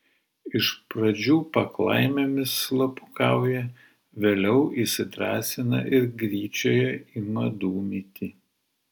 iš pradžių paklaimėmis slapukauja vėliau įsidrąsina ir gryčioje ima dūmyti